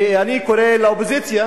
אני קורא לאופוזיציה